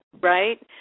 right